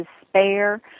despair